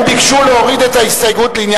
השאלה אם תמורת כל ההסתייגויות שהוסרו